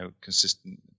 consistent